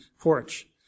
porch